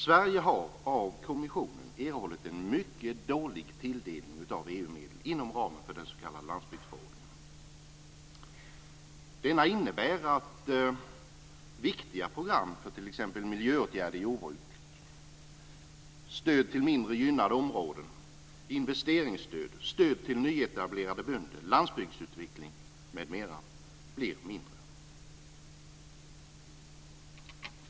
Sverige har av kommissionen erhållit en mycket dålig tilldelning av EU-medel inom ramen för den s.k. landsbygdsförordningen. Denna innebär att viktiga program för t.ex. miljöåtgärder i jordbruket, stöd till mindre gynnade områden, investeringsstöd, stöd till nyetablerade bönder, landsbygdsutveckling, m.m. blir mindre.